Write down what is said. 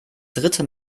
dritte